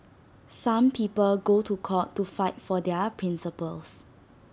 some people go to court to fight for their principles